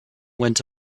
went